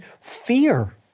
fear